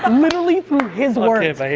um literally through his words. i